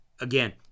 again